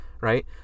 right